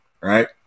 right